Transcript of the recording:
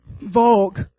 Vogue